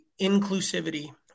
inclusivity